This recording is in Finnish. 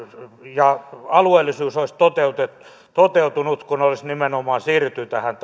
ja alueellisuus olisivat toteutuneet kun olisi nimenomaan siirrytty tähän